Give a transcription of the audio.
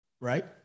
right